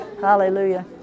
Hallelujah